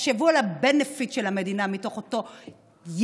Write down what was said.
תחשבו על ה-benefit של המדינה מאותו ילד,